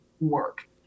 work